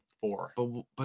four